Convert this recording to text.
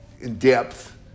in-depth